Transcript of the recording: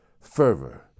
fervor